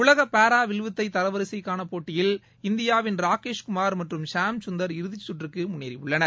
உலக பாரா வில்வித்தை தரவரிசைக்கான போட்டியில் இந்தியாவின் ராகேஷ் குமார் மற்றும் ஷாம்சுந்தர் இறுதிச்சுற்றுக்கு முன்னேறியுள்ளனர்